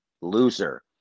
loser